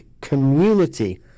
community